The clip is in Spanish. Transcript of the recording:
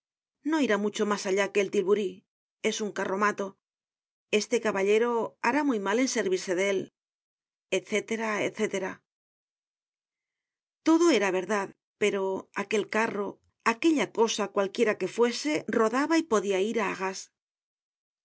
no irá mucho mas allá que el tilburí es un carromato este caballero hará muy mal en servirse de él etc etc todo era verdad pero aquel carro aquella cosa cualquiera que fuese rodaba y podia ir á arras